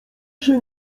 się